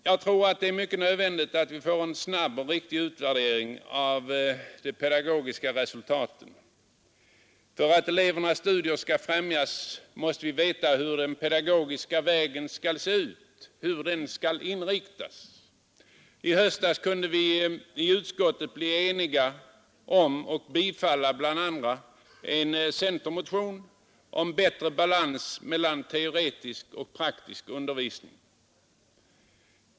Jag tror emellertid det är nödvändigt att vi får en snabb och riktig utvärdering av de pedagogiska resultaten. För att elevernas studier skall främjas måste vi veta hur den ”pedagogiska vägen” skall se ut och hur den skall inriktas. I höstas kunde vi i utskottet bli eniga om och tillstyrka 101 bl.a. en centermotion om bättre balans mellan teoretisk och praktisk undervisning.